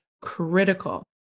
critical